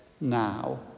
now